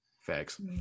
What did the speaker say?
Facts